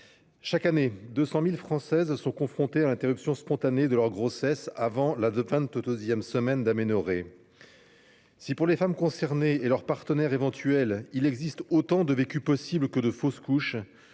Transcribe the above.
chaque année, 200 000 Françaises sont confrontées à l'interruption spontanée de leur grossesse avant la vingt-deuxième semaine d'aménorrhée. Si, pour les femmes concernées et leur partenaire éventuel, il existe autant de vécus possibles que de fausses couches,